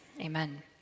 amen